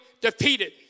defeated